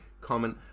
comment